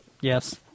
Yes